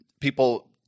people